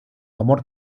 amor